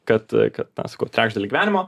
kad kad na sakau trečdalį gyvenimo